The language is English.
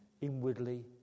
inwardly